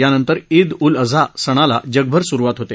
यानंतर ईद उल अझा सणाला जगभर सुरुवात होते